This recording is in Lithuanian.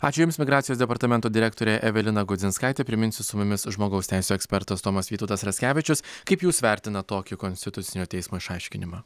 ačiū jums migracijos departamento direktorė evelina gudzinskaitė priminsiu su mumis žmogaus teisių ekspertas tomas vytautas raskevičius kaip jūs vertinat tokį konstitucinio teismo išaiškinimą